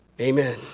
Amen